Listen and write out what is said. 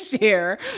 share